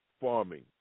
Farming